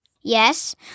Yes